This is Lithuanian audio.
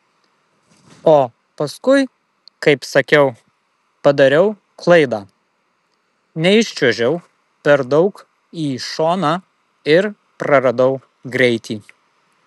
o paskui kaip sakiau padariau klaidą neiščiuožiau per daug į šoną ir praradau greitį